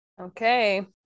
Okay